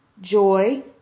joy